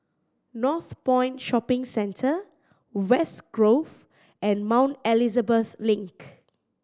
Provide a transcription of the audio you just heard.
Northpoint Shopping Centre West Grove and Mount Elizabeth Link